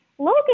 Logan